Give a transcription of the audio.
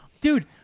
Dude